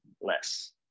less